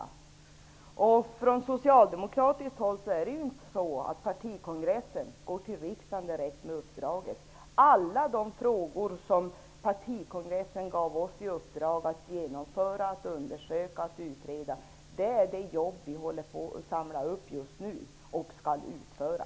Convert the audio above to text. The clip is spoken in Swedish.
Det är ju inte så, att den socialdemokratiska partikongressen går direkt till riksdagen med uppdraget. Vårt jobb nu är att utreda alla frågor som partikongressen gav oss i uppdrag att undersöka och utreda.